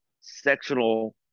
sectional